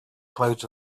clouds